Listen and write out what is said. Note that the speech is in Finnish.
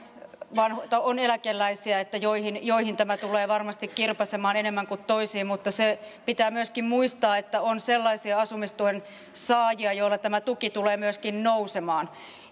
on eläkeläisiä joihin joihin tämä tulee varmasti kirpaisemaan enemmän kuin toisiin mutta se pitää myöskin muistaa että on myöskin sellaisia asumistuen saajia joilla tämä tuki tulee nousemaan